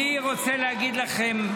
רוצה להגיד לכם,